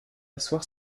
asseoir